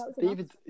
David